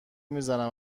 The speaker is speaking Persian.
میزنم